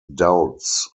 doubts